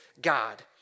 God